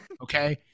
Okay